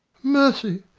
mercy!